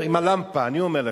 עם ה"למפה", אני אומר לך.